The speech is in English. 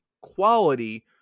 quality